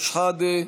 סמי אבו שחאדה,